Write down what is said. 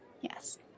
Yes